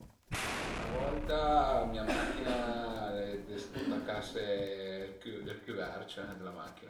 Ün-a volta mia machina al e dëstacase ël cüverc d'la machina